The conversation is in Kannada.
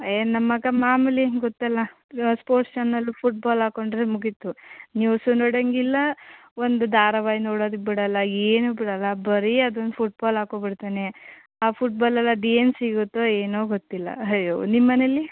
ಎ ನಮ್ಮ ಮಗ ಮಾಮೂಲಿ ಗೊತ್ತಲ್ಲ ಸ್ಪೋರ್ಟ್ಸ್ ಚಾನಲು ಫುಟ್ಬಾಲ್ ಹಾಕ್ಕೊಂಡ್ರೆ ಮುಗಿಯಿತು ನ್ಯೂಸೂ ನೋಡೋಂಗಿಲ್ಲ ಒಂದು ಧಾರಾವಾಹಿ ನೋಡೋದಕ್ಕೆ ಬಿಡಲ್ಲ ಏನೂ ಬಿಡಲ್ಲ ಬರೀ ಅದೊಂದು ಫುಟ್ಬಾಲ್ ಹಾಕೊಂಬಿಡ್ತಾನೆ ಆ ಫುಟ್ಬಾಲಲ್ಲಿ ಅದೇನು ಸಿಗುತ್ತೋ ಏನೋ ಗೊತ್ತಿಲ್ಲ ಅಯ್ಯೋ ನಿಮ್ಮ ಮನೆಯಲ್ಲಿ